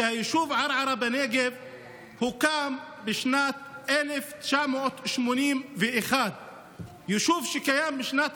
שהיישוב ערערה בנגב הוקם בשנת 1981. ישוב שקיים בשנת